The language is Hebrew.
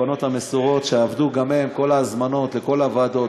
הבנות המסורות שעבדו גם הן: כל ההזמנות לכל הוועדות,